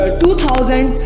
2000